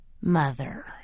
Mother